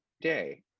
day